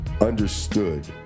understood